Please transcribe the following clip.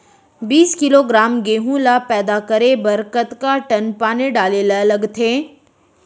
बीस किलोग्राम गेहूँ ल पैदा करे बर कतका टन पानी डाले ल लगथे?